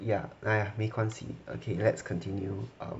ya !aiya! 没关系 okay let's continue um